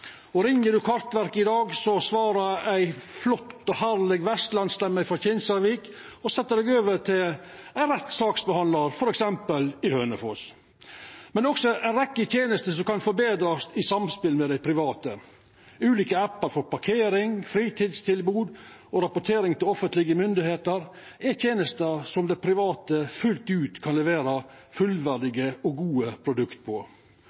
i dag, svarar ei flott og herleg vestlandsstemme frå Kinsarvik og set ein over til rett saksbehandlar, f.eks. i Hønefoss. Men det er også ei rekkje tenester som kan forbetrast i samspel med dei private. Ulike appar for parkering, fritidstilbod og rapportering til offentlege myndigheiter er tenester som det private fullt ut kan levera fullverdige og gode produkt på.